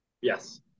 Yes